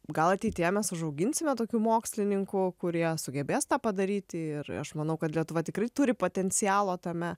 gal ateityje mes užauginsime tokių mokslininkų kurie sugebės tą padaryti ir ir aš manau kad lietuva tikrai turi potencialo tame